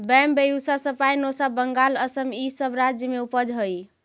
Bambusa spinosa Bengal, Assam इ सब राज्य में उपजऽ हई